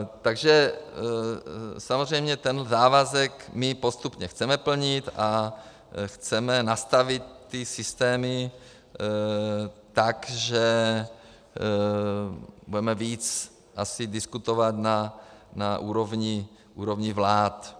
Takže samozřejmě ten závazek postupně chceme plnit a chceme nastavit ty systémy tak, že budeme víc asi diskutovat na úrovni vlád.